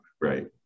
Right